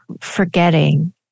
forgetting